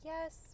Yes